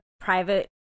private